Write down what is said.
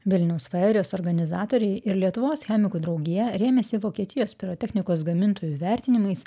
vilniaus feerijos organizatoriai ir lietuvos chemikų draugija rėmėsi vokietijos pirotechnikos gamintojų vertinimais